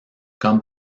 comme